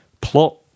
plot